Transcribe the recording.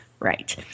right